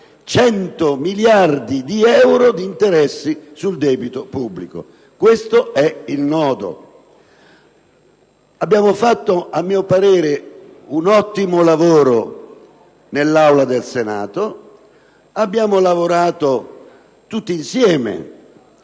100 miliardi di euro di interessi sul debito pubblico. Questo è il modo con cui si procede. Abbiamo fatto - a mio parere - un ottimo lavoro nell'Aula del Senato; abbiamo lavorato tutti insieme.